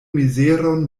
mizeron